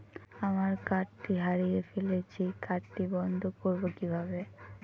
আমার কার্ডটি হারিয়ে ফেলেছি কার্ডটি বন্ধ করব কিভাবে?